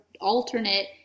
alternate